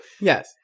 Yes